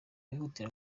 bihutira